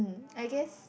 I guess